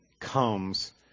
comes